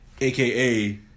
AKA